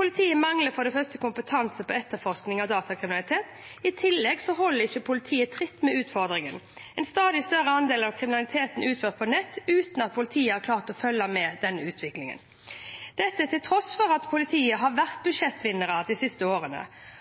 Politiet mangler for det første kompetanse på etterforskning av datakriminalitet. I tillegg holder ikke politiet tritt med utfordringen. En stadig større andel av kriminaliteten utføres på nett uten at politiet har klart å følge med utviklingen. Dette er til tross for at politiet har vært budsjettvinnere de siste årene.